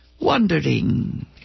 wondering